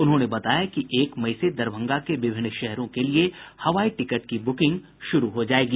उन्होंने बताया कि एक मई से दरभंगा से विभिन्न शहरों के लिये हवाई टिकट की बुकिंग शुरू हो जायेगी